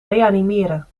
reanimeren